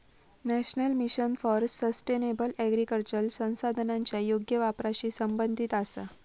national mission for sustainable agriculture संसाधनांच्या योग्य वापराशी संबंधित आसा